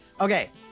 Okay